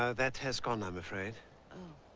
ah that has gone i'm afraid